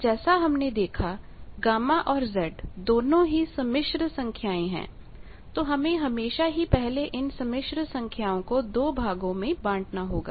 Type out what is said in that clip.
पर जैसा हमने देखा Γऔर Z दोनों ही सम्मिश्र संख्याएं हैं तो हमें हमेशा ही पहले इन सम्मिश्र संख्याओं को दो भागों में बांटना होगा